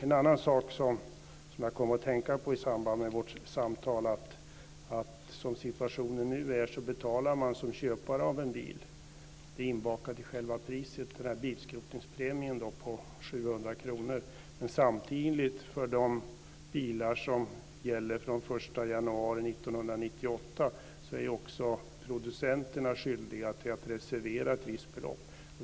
En annan sak som jag kom att tänka på i samband med vårt samtal är att som situationen nu är betalar man som köpare av en bil en bilskrotningspremie på 700 kr. Det är inbakat i själva priset. Samtidigt är producenterna av bilar från den 1 januari 1998 också skyldiga att reservera ett visst belopp.